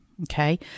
Okay